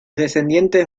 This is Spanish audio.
descendientes